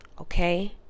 okay